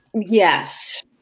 Yes